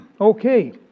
Okay